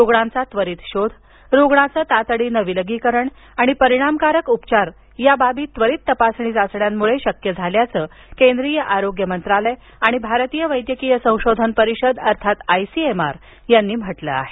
रुग्णांचा त्वरित शोध रुग्णाचं तातडीनं विलगीकरण आणि परिणामकारक उपचार हा बाबी त्वरित तपासणी चाचण्यांमुळे शक्य झाल्याचं केंद्रीय आरोग्य मंत्रालय आणि भारतीय वैद्यकीय संशोधन परिषद अर्थात आय सी एम आर यांनी म्हटलं आहे